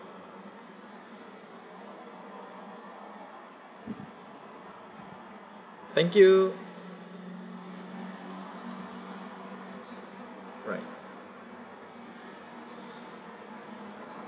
thank you right